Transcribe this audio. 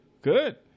Good